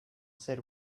said